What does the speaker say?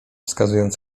wskazując